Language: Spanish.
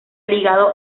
ligado